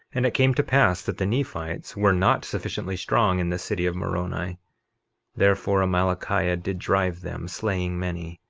and it came to pass that the nephites were not sufficiently strong in the city of moroni therefore amalickiah did drive them, slaying many.